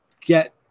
get